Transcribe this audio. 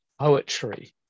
poetry